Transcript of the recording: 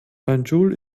banjul